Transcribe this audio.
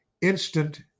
instant